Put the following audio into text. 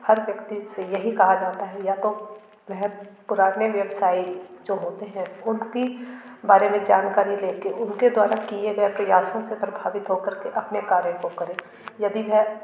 हर व्यक्ति से यही कहा जाता है या तो वे पुराने व्यवसाय जो होते हैं उनकी बारे मे जानकारी ले के उनके द्वारा किए गए प्रयासों से प्रभावित हो कर के अपने कार्य को करे यदि वह